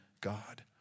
God